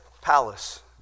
palace